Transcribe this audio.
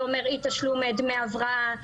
זה אומר אי תשלום דמי הבראה,